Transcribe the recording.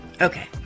Okay